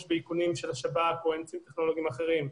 באיכונים של השב"כ או באמצעים טכנולוגיים אחרים.